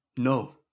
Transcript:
No